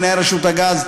מנהל רשות הגז,